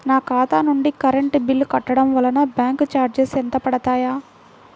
నా ఖాతా నుండి కరెంట్ బిల్ కట్టడం వలన బ్యాంకు చార్జెస్ ఎంత పడతాయా?